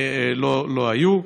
לא היו.